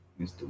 Mr